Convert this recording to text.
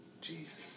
Jesus